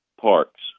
parks